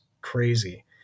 crazy